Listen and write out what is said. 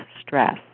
stress